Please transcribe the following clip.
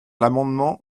l’amendement